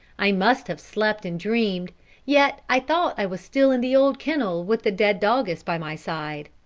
i must have slept and dreamed yet i thought i was still in the old kennel with the dead doggess by my side.